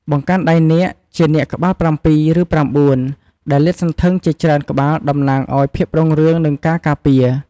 បង្កាន់ដៃនាគ ជានាគក្បាលប្រាំពីរ ឬប្រាំបួន ដែលលាតសន្ធឹងជាច្រើនក្បាលតំណាងឲ្យភាពរុងរឿង និងការការពារ។